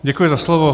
Děkuji za slovo.